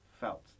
felt